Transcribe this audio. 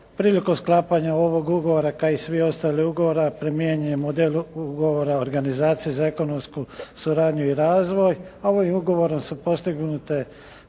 Prilikom sklapanja ovog ugovora kao i svih ostalih ugovora primjenjujem odjel ugovora Organizacije za ekonomsku suradnju i razvoj. A ovim ugovorom su postignute